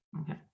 okay